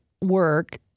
work